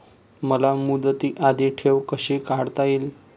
मला मुदती आधी ठेव कशी काढता येईल?